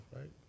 right